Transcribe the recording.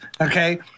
Okay